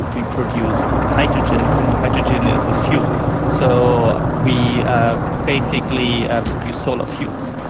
we produce hydrogen, and hydrogen is a fuel. so we ah basically ah produce solar fuels.